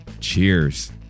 Cheers